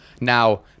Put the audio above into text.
Now